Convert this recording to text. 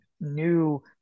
new